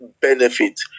benefit